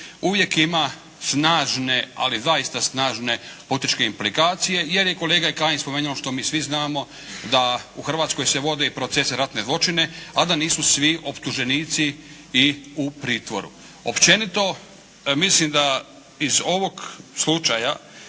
uvijek ima snažne ali zaista snažne političke implikacije jer je i kolega Kajin spomenuo što mi svi znamo da u Hrvatskoj se vodi i procesi za ratne zločine a da nisu svi optuženici i u pritvoru. Općenito mislim da iz ovog slučaja